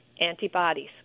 antibodies